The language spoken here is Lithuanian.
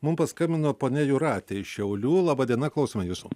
mum paskambino ponia jūratė iš šiaulių laba diena klausome jūsų